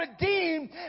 redeemed